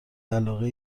علاقه